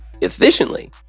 efficiently